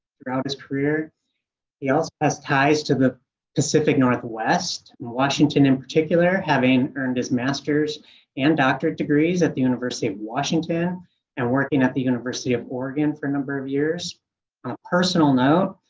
throughout his career he also has ties to the pacific northwest and washington in particular, having earned his masters and doctorate degrees at the university of washington and working at the university of oregon for a number of years. on a personal note,